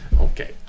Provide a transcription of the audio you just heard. Okay